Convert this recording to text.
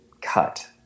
cut